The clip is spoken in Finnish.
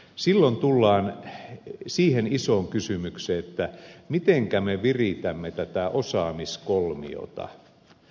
silloin tullaan siihen isoon kysymykseen että mitenkä me viritämme tätä osaamiskolmiota